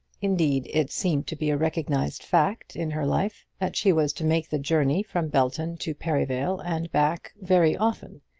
indeed it seemed to be a recognised fact in her life that she was to make the journey from belton to perivale and back very often,